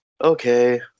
okay